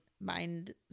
mind